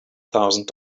thousand